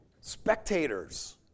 spectators